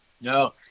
No